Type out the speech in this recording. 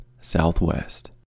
Southwest